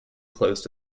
closed